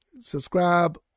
subscribe